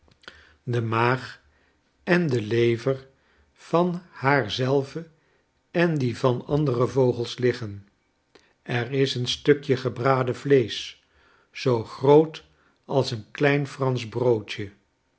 de maag en de lever van haar zelve en die van andere vogels liggen er is een stukje gebraden vleesch zoo groot als een klein fransch broodje